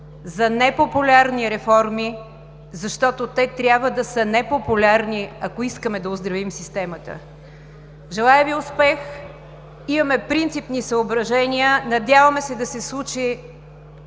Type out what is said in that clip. за непопулярни реформи, защото те трябва да са непопулярни, ако искаме да оздравим системата. Желая Ви успех! Имаме принципни съображения. Надяваме се да се случи